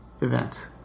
event